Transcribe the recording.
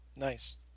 Nice